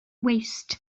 waist